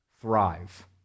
thrive